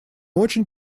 очень